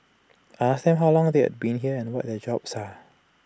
I asked them how long they have been here and what their jobs are